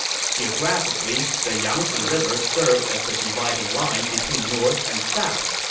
geographically, the yangzi river served as the dividing line between north and south.